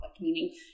meaning